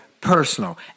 personal